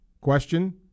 question